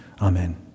Amen